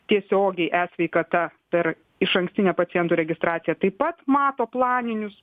tiesiogiai esveikata per išankstinę pacientų registracija taip pat mato planinius